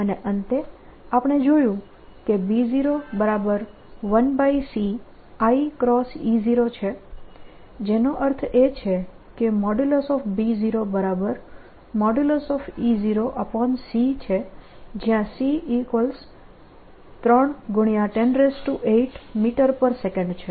અને અંતે આપણે જોયું કે B01c i × E0 છે જેનો અર્થ એ છે કે B0|E0|c છે જયાં c3×108 ms છે